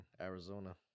Arizona